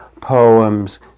poems